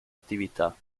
attività